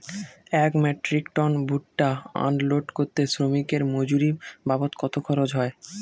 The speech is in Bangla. এক মেট্রিক টন ভুট্টা আনলোড করতে শ্রমিকের মজুরি বাবদ কত খরচ হয়?